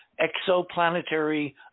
exoplanetary